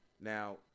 Now